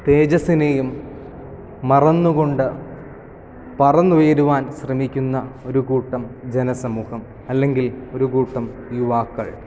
തേജസിനെയും മറന്നുകൊണ്ട് പറന്ന് ഉയരുവാൻ ശ്രമിക്കുന്ന ഒരു കൂട്ടം ജനസമൂഹം അല്ലെങ്കിൽ ഒരു കൂട്ടം യുവാക്കൾ